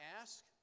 ask